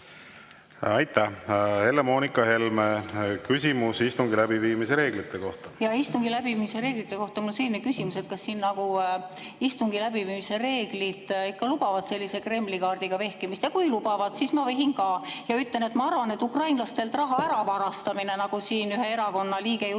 Aitäh! Helle-Moonika Helme, küsimus istungi läbiviimise reeglite kohta. Istungi läbiviimise reeglite kohta on mul selline küsimus, et kas siin istungi läbiviimise reeglid lubavad sellise Kremli-kaardiga vehkimist. Ja kui lubavad, siis ma vehin ka ja ütlen, et ma arvan, et ukrainlastelt raha ära varastamine, nagu siin ühe erakonna liige just